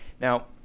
Now